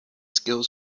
skills